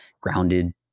grounded